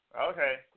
Okay